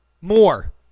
more